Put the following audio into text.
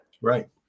Right